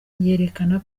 yerekana